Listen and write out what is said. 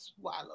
swallow